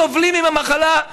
סובלים עם המחלה,